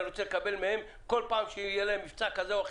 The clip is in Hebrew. ואני רוצה לקבל מהם כל פעם שיהיה להם מבצע כזה או אחר,